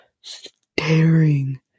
staring